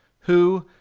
who,